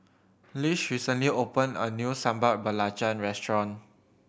Lish recently open a new Sambal Belacan restaurant